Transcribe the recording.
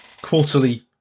quarterly